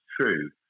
true